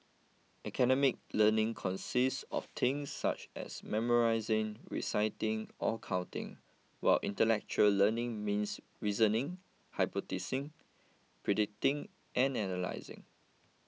academic learning consists of things such as memorising reciting or counting while intellectual learning means reasoning hypothesising predicting and analysing